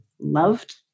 loved